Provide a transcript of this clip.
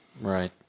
Right